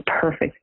perfect